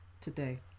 today